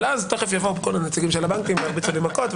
אבל תיכף יבואו כל הנציגים של הבנקים וירביצו לי מכות,